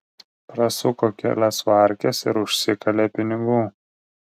prasuko kelias varkes ir užsikalė pinigų